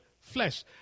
flesh